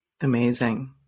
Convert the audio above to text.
Amazing